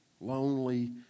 lonely